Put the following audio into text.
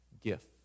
gift